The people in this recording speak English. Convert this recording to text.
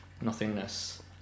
nothingness